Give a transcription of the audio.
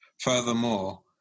Furthermore